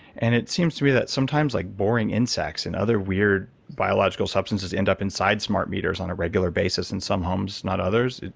and it seems to be that sometimes like boring insects and other weird biological substances end up inside smart meters on a regular basis in some homes, not others.